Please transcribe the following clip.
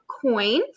coins